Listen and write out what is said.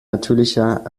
natürlicher